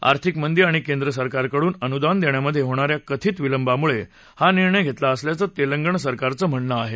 आर्थिक मंदी आणि केंद्र सरकारकडून अनुदान देण्यामधे होणा या कथित विलंबामुळे हा निर्णय घेतला असल्याचं तेलंगण सरकारचं म्हणणे आहे